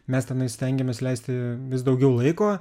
mes tenai stengiamės leisti vis daugiau laiko